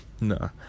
No